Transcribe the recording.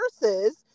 versus